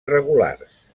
regulars